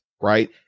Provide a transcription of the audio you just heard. Right